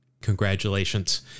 congratulations